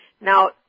Now